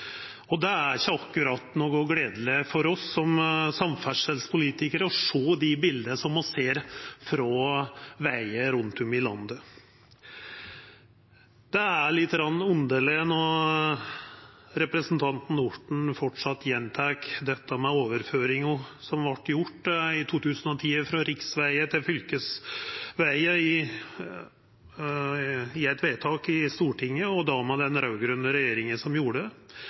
vegar. Det er ikkje akkurat gledeleg for oss som samferdselspolitikarar å sjå dei bileta me ser frå vegar rundt om i landet. Det er litt underleg når representanten Orten framleis gjentek dette med overføringa frå riksvegar til fylkesvegar som vart gjord i 2010– etter eit vedtak i Stortinget, og med den raud-grøne regjeringa.